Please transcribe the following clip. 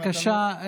בבקשה,